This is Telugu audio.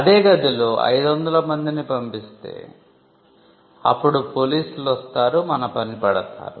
అదే గదిలో 500 మందిని పంపిస్తే అప్పుడు పోలీసులు వస్తారు మన పని పడతారు